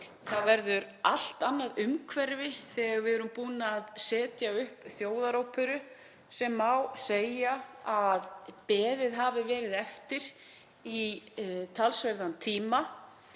Það verður allt annað umhverfi þegar við erum búin að setja upp Þjóðaróperu, sem má segja að beðið hafi verið eftir í talsverðan tíma.